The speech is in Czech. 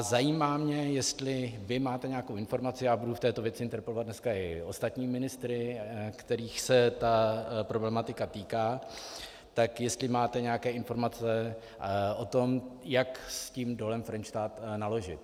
Zajímá mě, jestli vy máte nějakou informaci, já budu v této věci interpelovat dneska i ostatní ministry, kterých se ta problematika týká, tak jestli máte nějaké informace o tom, jak s tím Dolem Frenštát naložit.